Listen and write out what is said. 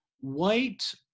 white